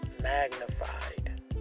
magnified